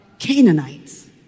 Canaanites